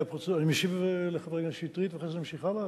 אני משיב לחבר הכנסת שטרית ואחרי זה נמשיך הלאה,